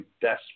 desperate